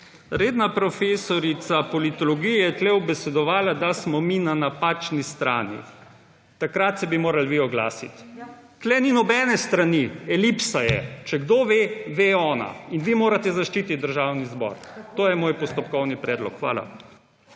Redna profesorica politologije je tukaj ubesedovala, da smo mi na napačni strani. Takrat bi se morali vi oglasiti. Tukaj ni nobene strani, elipsa je. Če kdo ve, ve ona in vi morate zaščititi Državni zbor. To je moj postopkovni predlog. Hvala.